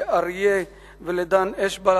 לאריה ולדן אשבל,